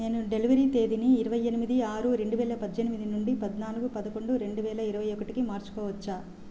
నేను డెలివరీ తేదీని ఇరవై ఎనిమిది ఆరు రెండువేల పద్దెనిమిది నుండి పద్నాలుగు పదకొండు రెండువేల ఇరవై ఒకటికి మార్చుకోవచ్చా